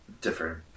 different